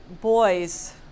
boys